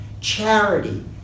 charity